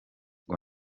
ngo